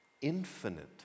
Infinite